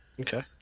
Okay